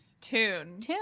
tune